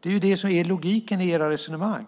Det är logiken i era resonemang.